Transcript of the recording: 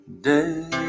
day